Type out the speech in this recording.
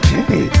Hey